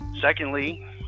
secondly